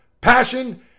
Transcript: passion